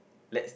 let's